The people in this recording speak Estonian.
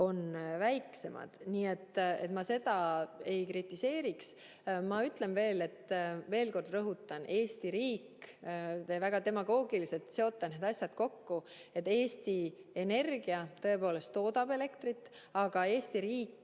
on väiksemad. Nii et ma seda ei kritiseeriks. Ma ütlen veel kord ja rõhutan – te seote väga demagoogiliselt need asjad kokku –, et Eesti Energia tõepoolest toodab elektrit, aga Eesti riik